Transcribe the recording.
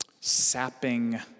sapping